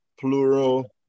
plural